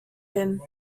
him